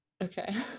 Okay